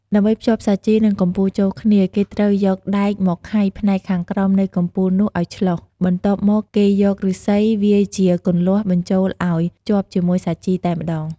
ដើម្បីភ្ជាប់សាជី និងកំពូលចូលគ្នា គេត្រូវយកដែកមកខៃផ្នែកខាងក្រោមនៃកំពូលនោះឲ្យធ្លុះ បន្ទាប់មក គេយកឫស្សីវាយជាគន្លាស់បញ្ចូលឲ្យជាប់ជាមួយសាជីតែម្ដង។